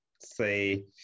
say